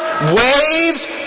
waves